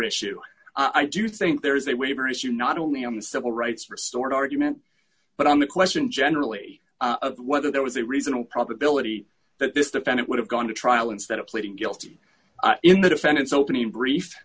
issue i do think there is a waiver issue not only on the civil rights restored argument but on the question generally of whether there was a reasonable probability that this defendant would have gone to trial instead of pleading guilty in the defendant's opening brief